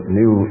new